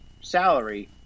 salary